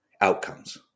outcomes